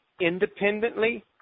independently